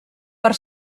per